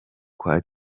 kwa